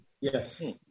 Yes